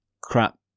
crap